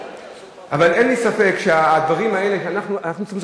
אבל אין לי ספק שאנחנו צריכים לעשות